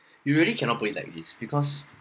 you really cannot put it like this because